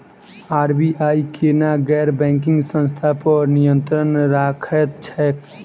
RBI केना गैर banking संस्था पर नियत्रंण राखैत छैक?